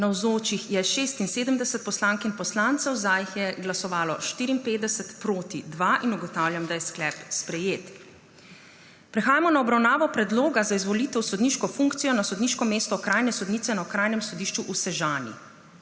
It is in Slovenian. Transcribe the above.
Navzočih je 76 poslank in poslancev, za jih je glasovalo 54, proti dva. (Za je glasovalo 54.) (Proti 2.) Ugotavljam, da je sklep sprejet. Prehajamo na obravnavo Predloga za izvolitev v sodniško funkcijo na sodniško mesto okrajne sodnice na Okrajnem sodišču v Sežani.